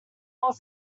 more